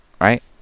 right